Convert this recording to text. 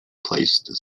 placed